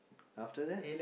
after that